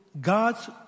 God's